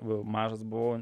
v mažas buvau